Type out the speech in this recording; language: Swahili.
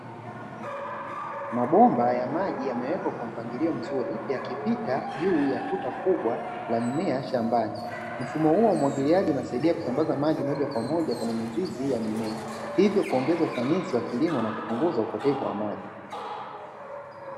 Mabomba ya maji yamewekwa kwa mpangilio mzuri, yakipita juu ya tuta kubwa la mimea shambani, mfumo huo wa umwagiliaji unasaidia kusambaza maji moja kwa moja kwenye mizizi ya mimea, hivyo kuongeza ufanisi wa kilimo na kupunguza upotevu wa maji.